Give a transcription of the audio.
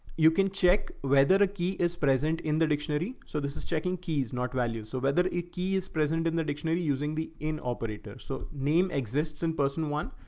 you can check whether a key is present in the dictionary. so this is checking keys, not value. so whether eqi is present in the dictionary using the in operator, so name exists in person one,